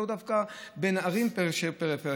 לאו דווקא אלא בין הערים של הפריפריה,